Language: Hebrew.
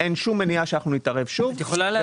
אין שום מניעה שאנחנו נתערב שוב ונשנה.